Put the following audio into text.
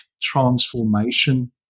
Transformation